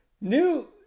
New